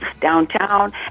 downtown